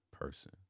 person